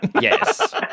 Yes